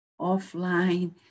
offline